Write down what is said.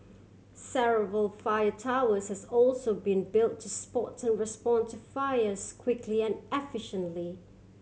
several fire towers has also been built to spot and respond to fires quickly and efficiently